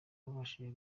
babashije